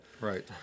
Right